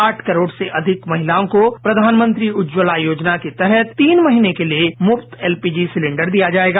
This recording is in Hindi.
आठ करोड से अधिक महिलाओं को प्रधानमंत्री उज्जवला योजना के तहत तीन महीने के लिए मुफ्त एलपीजी सिलिंडर दिया जाएगा